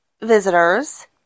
visitors